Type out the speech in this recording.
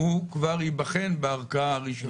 ייבחן כבר בערכאה הראשונה.